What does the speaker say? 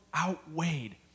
outweighed